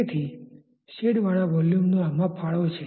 તેથી શેડવાળા વોલ્યુમનો આમા ફાળો છે